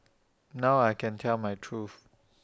now I can tell my truth